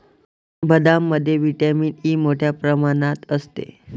बदामामध्ये vitamin E मोठ्ठ्या प्रमाणात असते